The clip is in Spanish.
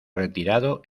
retirado